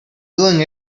doing